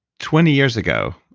twenty years ago,